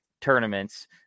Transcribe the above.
tournaments